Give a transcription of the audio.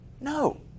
No